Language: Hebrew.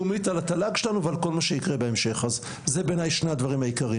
אני חשבתי שזה בטח קשור לאימהות וזה שההייטק הישראלי,